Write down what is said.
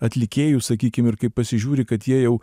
atlikėjų sakykim ir kai pasižiūri kad jie jau